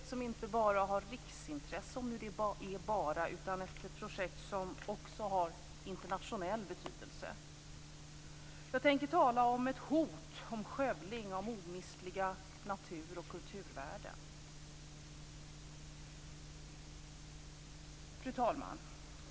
Fru talman! Jag tänker också tala om ett enskilt projekt, men ett projekt som inte bara har riksintresse, om det nu är så "bara", utan ett projekt som också har internationell betydelse. Jag tänker tala om ett hot, om skövling av omistliga natur och kulturvärden. Fru talman!